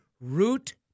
root